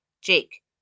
Jake